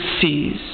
sees